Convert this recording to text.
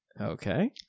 Okay